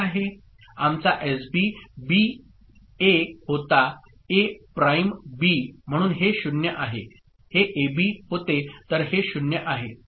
आमचा SB B A होता A prime B म्हणून हे 0 आहे हे एबी होते तर हे 0 आहे